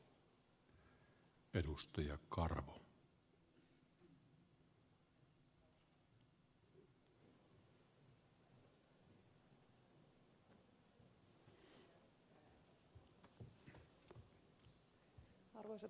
arvoisa puhemies